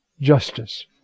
justice